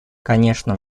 конечно